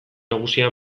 nagusia